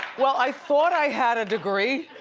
well i thought i had a degree.